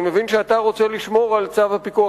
אני מבין שאתה רוצה לשמור על צו הפיקוח